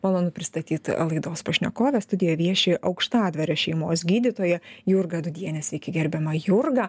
malonu pristatyt laidos pašnekovę studijoj vieši aukštadvario šeimos gydytoja jurga dudienė sveiki gerbiama jurga